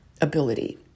ability